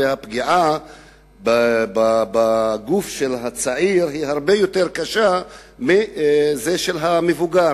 והפגיעה בגוף של צעיר הרבה יותר קשה מפגיעה בגוף של מבוגר.